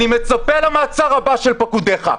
אני מצפה למעצר הבא של פקודיך.